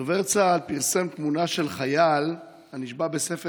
דובר צה"ל פרסם תמונה של חייל הנשבע בספר